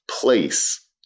place